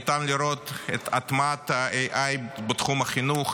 ניתן לראות את הטמעת ה-AI בתחום החינוך,